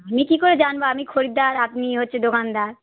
আমি কী করে জানব আমি খরিদ্দার আপনি হচ্ছে দোকানদার